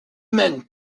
mène